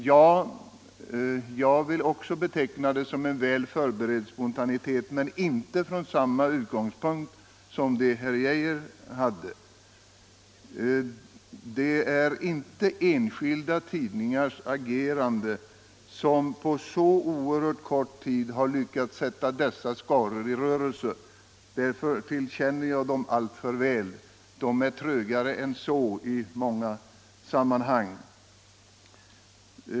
Också jag betecknar det som en väl förberedd spontanitet, men jag gör det inte från samma utgångspunkt som den herr Geijer hade. Det är inte enskilda tidningars agerande som på så oerhört kort tid har lyckats sätta dessa skaror i rörelse — därtill känner jag dem alltför väl och vet att de är trögare än så.